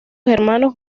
hermanos